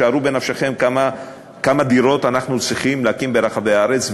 שערו בנפשכם כמה דירות אנחנו צריכים להקים ברחבי הארץ.